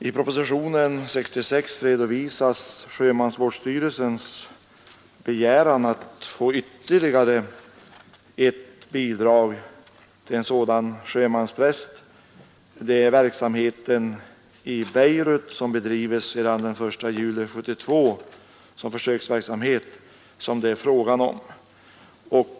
I propositionen 66 redovisas sjömansvårdsstyrelsens begäran att få ytterligare ett bidrag till en sådan sjömanspräst, nämligen för verksamhet i Beirut där sedan den 1 juli 1972 bedrivs försöksverksamhet.